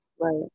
Right